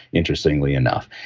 interestingly enough.